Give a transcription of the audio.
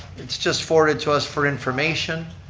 it's just forwarded to us for information.